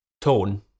tone